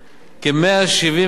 על-פי נתוני הלמ"ס,